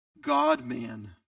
God-man